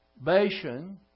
Bashan